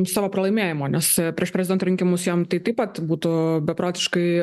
savo pralaimėjimo nes prieš prezidento rinkimus jam tai taip pat būtų beprotiškai